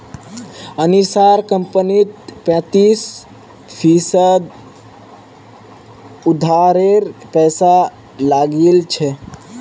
अनीशार कंपनीत पैंतीस फीसद उधारेर पैसा लागिल छ